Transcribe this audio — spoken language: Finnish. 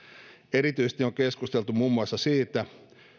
erityisesti on keskusteltu muun muassa siitä